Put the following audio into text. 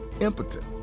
impotent